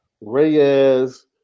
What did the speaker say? Reyes